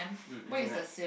um as in like